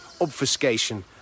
obfuscation